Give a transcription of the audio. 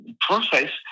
process